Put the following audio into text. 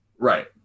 Right